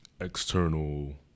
external